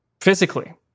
Physically